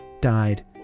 died